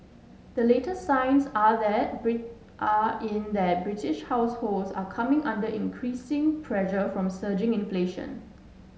the latest signs are that are in that British households are coming under increasing pressure from surging inflation